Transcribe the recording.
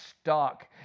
stuck